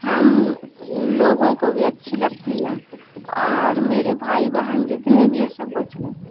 ہم لوگوں کو بھی اچھی لگتی ہے اور میرے بھائی بہن جتنے بھی ہیں سب کو اچھی لگتی ہے